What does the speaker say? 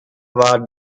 war